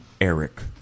eric